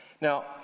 Now